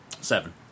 Seven